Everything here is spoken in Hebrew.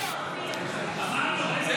אז